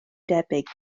debyg